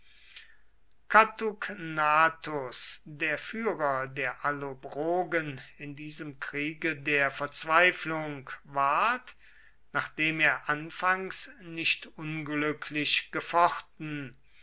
catugnatus der führer der allobrogen in diesem kriege der verzweiflung ward nachdem er anfangs nicht unglücklich gefochten